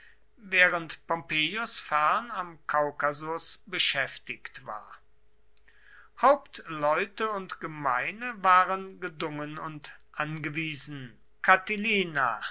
während pompeius fern am kaukasus beschäftigt war hauptleute und gemeine waren gedungen und angewiesen